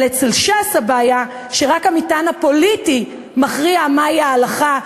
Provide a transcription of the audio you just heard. אבל אצל ש"ס הבעיה היא שרק המטען הפוליטי מכריע מהי ההלכה,